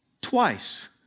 Twice